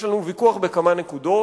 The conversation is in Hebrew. יש לנו ויכוח בכמה נקודות.